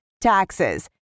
taxes